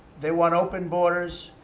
they want open borders.